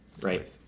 right